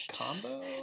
combo